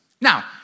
Now